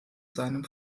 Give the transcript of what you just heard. seinem